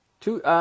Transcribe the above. Two